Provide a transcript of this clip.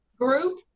group